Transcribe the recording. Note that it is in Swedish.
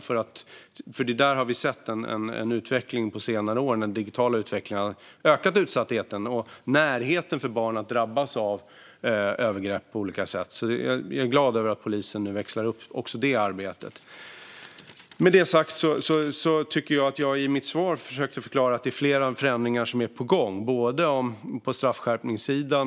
Vi har sett på senare år att den digitala utvecklingen har ökat utsattheten och bidragit till att barn drabbas av övergrepp på olika sätt. Jag är glad att polisen växlar upp också det arbetet. Med det sagt tycker jag att jag i mitt svar försökte förklara att det är flera förändringar som är på gång, bland annat på straffskärpningssidan.